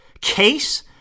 case